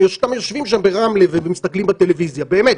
הם סתם יושבים ברמלה ומסתכלים בטלוויזיה, באמת.